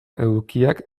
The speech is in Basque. edukiak